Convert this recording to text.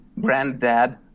granddad